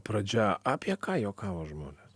pradžia apie ką juokavo žmonės